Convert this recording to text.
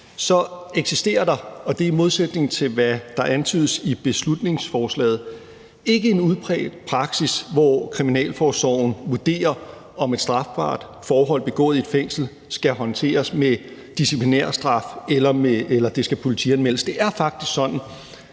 Så eksisterer der – og det er i modsætning til, hvad der antydes i beslutningsforslaget – ikke en udbredt praksis, hvor kriminalforsorgen vurderer, om et strafbart forhold begået i fængsel skal håndteres med disciplinærstraf, eller om det skal politianmeldes. Det er faktisk sådan,